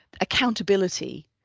accountability